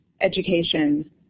education